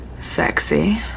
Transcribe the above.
sexy